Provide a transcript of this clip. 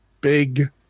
big